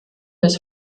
his